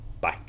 Bye